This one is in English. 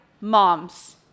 moms